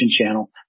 channel